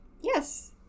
Yes